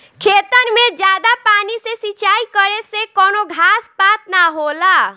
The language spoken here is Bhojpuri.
खेतन मे जादा पानी से सिंचाई करे से कवनो घास पात ना होला